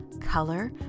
color